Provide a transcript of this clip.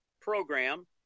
program